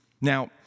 Now